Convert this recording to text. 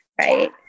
right